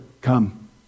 come